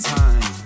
time